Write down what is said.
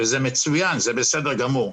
זה מצוין, זה בסדר גמור,